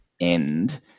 end